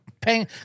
paying